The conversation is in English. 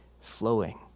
flowing